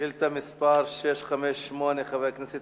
חבר הכנסת